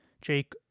Jake